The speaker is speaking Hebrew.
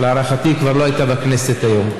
להערכתי היא כבר לא הייתה בכנסת היום.